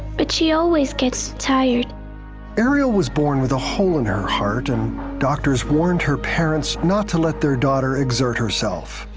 but she always gets tired. reporter ariel was born with a hole in her heart, and doctors warned her parents not to let their daughter exert herself.